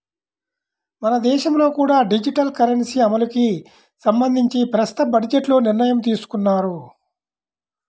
మన దేశంలో కూడా డిజిటల్ కరెన్సీ అమలుకి సంబంధించి ప్రస్తుత బడ్జెట్లో నిర్ణయం తీసుకున్నారు